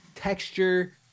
texture